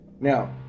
Now